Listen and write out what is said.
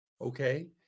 Okay